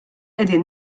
qegħdin